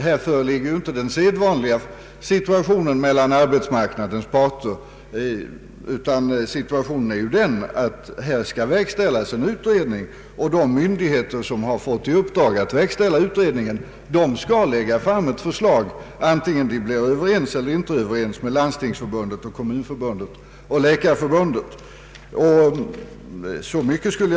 Här föreligger inte den sedvanliga situationen mellan «arbetsmarknadens parter, som herr Strand talade om, utan i detta sammanhang skall en utredning verkställas. De myndigheter som fått detta uppdrag skall lägga fram ett förslag vare sig de kan bli överens med Landstingsförbundet, Kommunförbundet och Läkarförbundet eller inte.